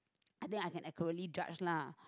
I think I can accurately judge lah